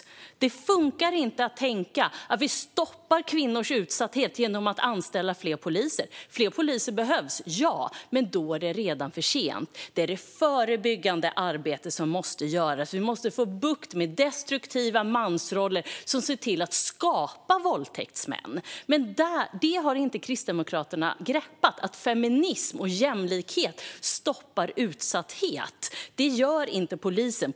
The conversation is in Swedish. Det funkar inte att tänka att vi stoppar kvinnors utsatthet genom att anställa fler poliser. Fler poliser behövs - ja. Men då är det redan för sent. Det är det förebyggande arbetet som måste göras. Vi måste få bukt med destruktiva mansroller som skapar våldtäktsmän. Men Kristdemokraterna har inte greppat att feminism och jämlikhet stoppar utsatthet. Det gör inte polisen.